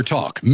Talk